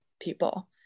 people